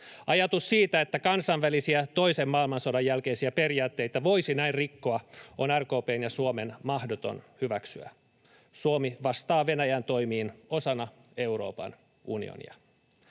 Ajatus siitä, että kansainvälisiä toisen maailmansodan jälkeisiä periaatteita voisi näin rikkoa, on RKP:n ja Suomen mahdoton hyväksyä. Suomi vastaa Venäjän toimiin osana Euroopan unionia.